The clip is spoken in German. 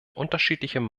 unterschiedlichem